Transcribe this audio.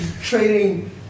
Trading